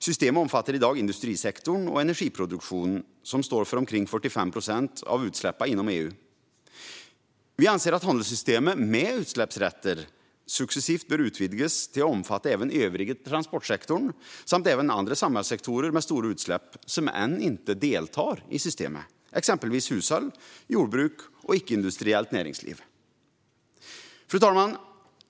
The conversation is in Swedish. Systemet omfattar i dag industrisektorn och energiproduktion som tillsammans står för omkring 45 procent av utsläppen inom EU. Vi anser att handelssystemet med utsläppsrätter successivt bör utvidgas till att omfatta även övriga transportsektorn samt andra samhällssektorer med stora utsläpp som ännu inte deltar i systemet, exempelvis hushåll, jordbruk och icke-industriellt näringsliv. Fru talman!